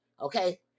okay